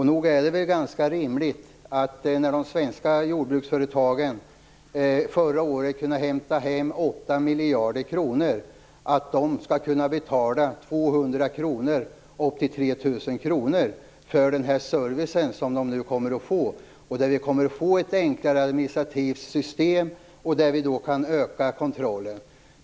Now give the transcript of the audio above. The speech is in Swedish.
Nog är det väl ganska rimligt att de svenska jordbruksföretagen, som förra året kunde hämta hem 8 miljarder kronor, skall kunna betala från 200 kr upp till 3 000 kr för den service som de nu kommer att få och för att vi kommer att få ett enklare administrativt system som gör att vi kan öka kontrollen.